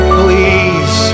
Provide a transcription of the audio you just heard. please